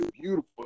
beautiful